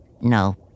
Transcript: No